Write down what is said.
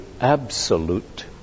absolute